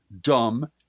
dumb